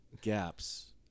gaps